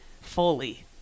fully